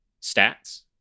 stats